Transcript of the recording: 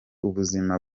ubuzima